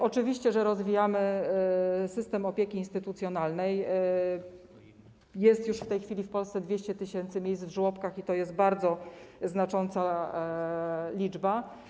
Oczywiście rozwijamy system opieki instytucjonalnej, jest już w tej chwili w Polsce 200 tys. miejsc w żłobkach i to jest bardzo znacząca liczba.